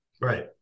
Right